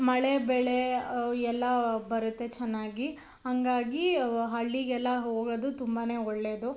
ಮಳೆ ಬೆಳೆ ಎಲ್ಲ ಬರುತ್ತೆ ಚೆನ್ನಾಗಿ ಹಂಗಾಗಿ ಹಳ್ಳಿಗೆಲ್ಲ ಹೋಗೋದು ತುಂಬಾ ಒಳ್ಳೆಯದು